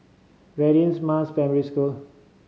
Radin Mas Primary School